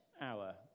hour